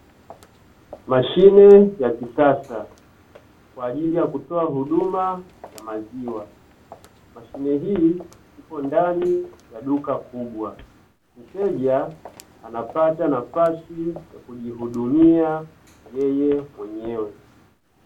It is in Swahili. Mashine ya kisasa kwa ajili ya kutoa huduma ya maziwa, mashine hii imo ndani ya duka kubwa, mteja anapata nafasi ya kujihudumia yeye mwenyewe.